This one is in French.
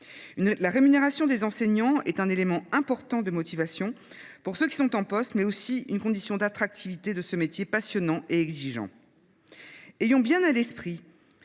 La rémunération des enseignants est non seulement un important facteur de motivation pour les personnes en poste, mais aussi une condition d’attractivité de ce métier passionnant et exigeant. Ayons bien à l’esprit